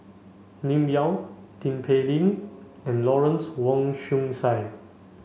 Lim Yau Tin Pei Ling and Lawrence Wong Shyun Tsai